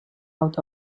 out